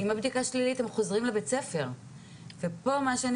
אם הבדיקה יוצאת שלילית הם חוזרים לבית הספר ופה מה שאני